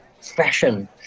fashion